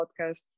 podcast